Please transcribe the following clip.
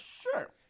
Sure